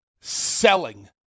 selling